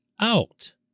out